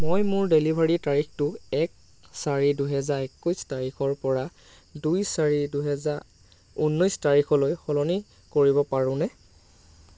মই মোৰ ডেলিভাৰীৰ তাৰিখটো এক চাৰি দুহেজাৰ একৈছ তাৰিখৰ পৰা দুই চাৰি দুহেজাৰ ঊনৈছ তাৰিখলৈ সলনি কৰিব পাৰোঁনে